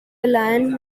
lion